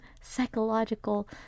psychological